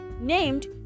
named